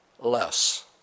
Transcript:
less